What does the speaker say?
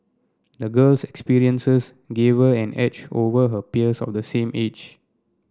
the girl's experiences gave her an edge over her peers of the same age